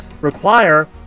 require